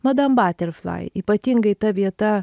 madam baterflai ypatingai ta vieta